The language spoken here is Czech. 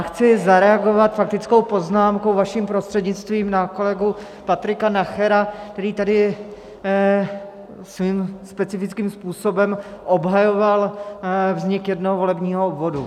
Chci zareagovat faktickou poznámkou, vaším prostřednictvím, na kolegu Patrika Nachera, který tady svým specifickým způsobem obhajoval vznik jednoho volebního obvodu.